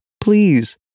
Please